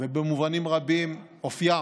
ובמובנים רבים אופיים